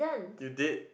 you did